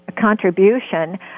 contribution